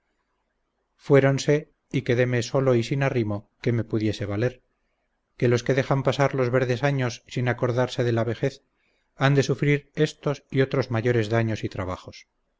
fuéronse y quedéme solo y sin arrimo que me pudiese valer que los que dejan pasar los verdes años sin acordarse de la vejez han de sufrir estos y otros mayores daños y trabajos